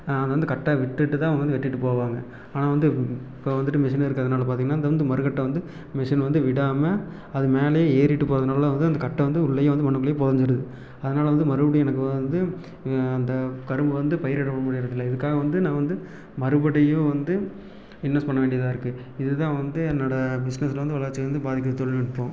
அது வந்து கட்டை விட்டுட்டு தான் அவங்க வந்து வெட்டிவிட்டு போவாங்க ஆனால் வந்து இப்போ வந்துவிட்டு மிஷின் இருக்கிறதுனால வந்து பார்த்திங்கன்னா அது வந்து மறுக்கட்ட வந்து மிஷின் வந்து விடாம அது மேலேயே ஏறிவிட்டு போகறதுனால வந்து அந்த கட்டை வந்து உள்ளயே வந்து மண்ணுக்குள்ளேயே புதிஞ்சிடுது அதனால் வந்து மறுபடியும் எனக்கு வந்து அந்த கரும்பு வந்து பயிரிட முடியிறதில்லை இதற்காக வந்து நான் வந்து மறுபடியும் வந்து இன்வெஸ்ட் பண்ண வேண்டியதாக இருக்கு இது தான் வந்து என்னோட பிஸ்னெஸில் வந்து வளர்ச்சிகள் வந்து பாதிக்குது தொழில்நுட்பம்